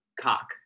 cock